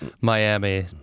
Miami